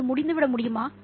அது முடிந்துவிட முடியுமா